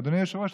אדוני היושב-ראש,